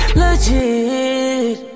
legit